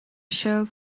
shelf